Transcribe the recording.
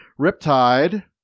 Riptide